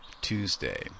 Tuesday